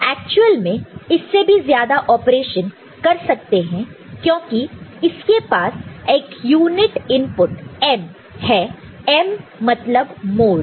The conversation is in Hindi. एक्चुअल में इससे भी ज्यादा ऑपरेशन कर सकते हैं क्योंकि इसके पास एक यूनिट इनपुट M है M मतलब मोड